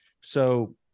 So-